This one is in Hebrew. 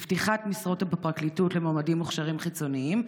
לפתיחת משרות בפרקליטות למועמדים מוכשרים חיצוניים,